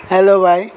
hello भाइ